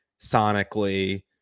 sonically